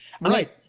Right